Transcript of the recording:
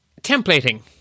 templating